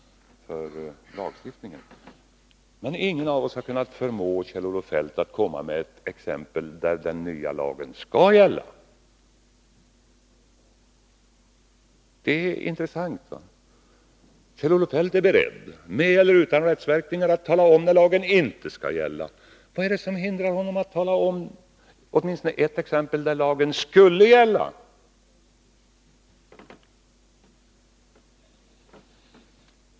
Men ingen av oss har kunnat förmå Kjell-Olof Feldt att anföra ett exempel där den nya lagen skall gälla. Kjell-Olof Feldt är alltså beredd — med eller utan rättsverkningar— att tala om när lagen inte skall gälla, men vad är det som hindrar honom från att redovisa åtminstone ett exempel där lagen skulle gälla?